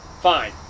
fine